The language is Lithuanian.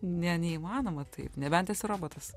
ne neįmanoma taip nebent esi robotas